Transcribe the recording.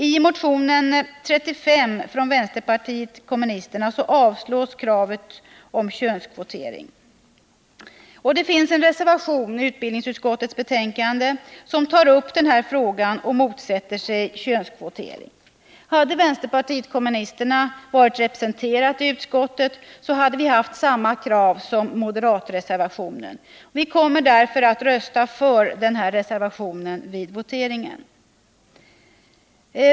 I motion 1979/80:35 från vänsterpartiet kommunisterna avstyrks kravet på könskvotering. Det finns en reservation vid utbildningsutskottets betänkande som tar upp denna fråga och motsätter sig könskvotering. Hade vpk varit representerat i utskottet hade vpk haft samma krav som dem som framförts i moderatreservationen. Vi kommer därför att rösta för denna reservation vid voteringen.